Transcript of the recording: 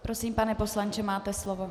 Prosím, pane poslanče, máte slovo.